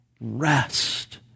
Rest